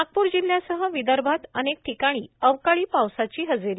नागप्र जिल्ह्यासह विदर्भात अनेक ठिकाणी अवकाळी पावसाची हजेरी